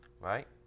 Right